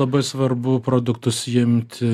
labai svarbu produktus imti